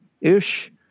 ish